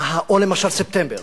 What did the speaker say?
או למשל, ספטמבר.